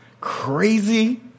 crazy